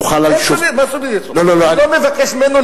איך סוביודיצה, מה סוביודיצה, אני לא מבקש ממנו